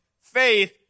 faith